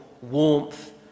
warmth